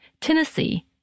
Tennessee